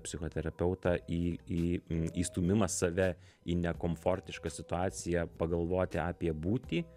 psichoterapeutą į į į stūmimą save į nekomfortišką situaciją pagalvoti apie būtį